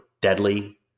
deadly